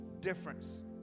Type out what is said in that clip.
difference